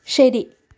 ശെരി